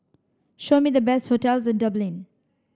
show me the best hotels in Dublin